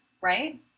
right